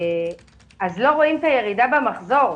אז לא רואים את הירידה במחזור.